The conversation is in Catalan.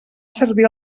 servir